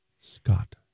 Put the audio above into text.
Scott